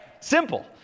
Simple